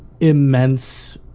immense